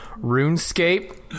RuneScape